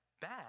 bad